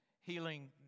healing